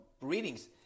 readings